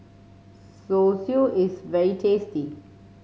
zosui is very tasty